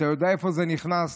אתה יודע איפה זה נכנס,